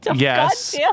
Yes